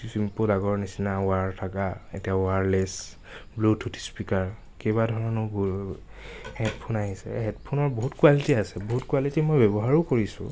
চিম্পুল আগৰ নিচিনা ওৱাৰ থকা এতিয়া ওৱাৰলেছ ব্লুটুথ স্পীকাৰ কেইবা ধৰণৰ হেডফোন আহিছে হেডফোনৰ বহুত কোৱালিটি আছে বহুত কোৱালিটি মই ব্যৱহাৰো কৰিছো